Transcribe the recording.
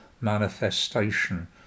manifestation